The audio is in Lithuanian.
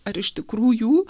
ar iš tikrųjų